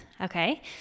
Okay